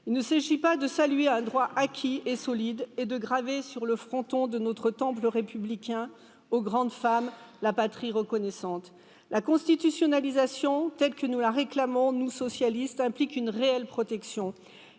il ne s'agit pas de saluer un droit acquis et solide et de graver notre temple républicain aux grandes femmes. La patrie reconnaissante la constitutionnalisation telle que nous la réclamons, nous s socialistes, implique une réelle protection.